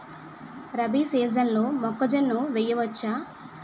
రబీ సీజన్లో మొక్కజొన్న వెయ్యచ్చా?